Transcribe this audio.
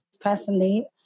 personally